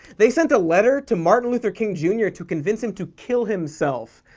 they sent a letter to martin luther king jr. to convince him to kill himself!